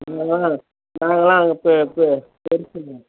நாங்களாம் அதுக்கு பெ பொறுப்பு இல்லை